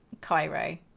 Cairo